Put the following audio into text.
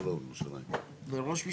או שנעשה את זה אחרי ההפסקה של 10 דקות?